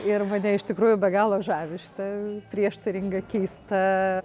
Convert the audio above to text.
ir mane iš tikrųjų be galo žavi šita prieštaringa keista